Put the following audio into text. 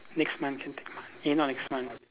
next month can take money eh not next month